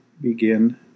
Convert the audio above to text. begin